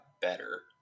better